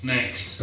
Next